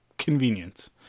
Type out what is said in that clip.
Convenience